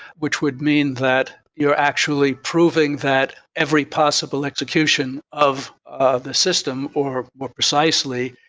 which would mean that you're actually proving that every possible execution of of the system, or more precisely,